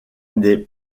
des